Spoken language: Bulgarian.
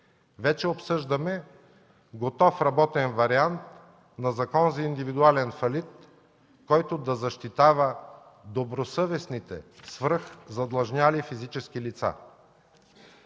Вече обсъждаме готов работен вариант на закон за индивидуален фалит, който да защитава добросъвестните, свръхзадлъжнели физически лица.